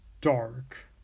Dark